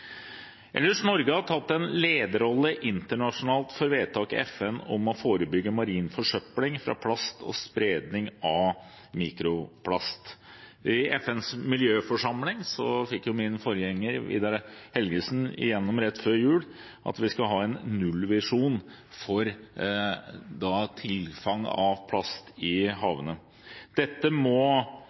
Norge har tatt en lederrolle internasjonalt for vedtak i FN om å forebygge marin forsøpling fra plast og spredning av mikroplast. I FNs miljøforsamling fikk min forgjenger, Vidar Helgesen, rett før jul igjennom at vi skal ha en nullvisjon for tilfang av plast i havene. Dette må